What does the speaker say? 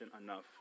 enough